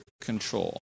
control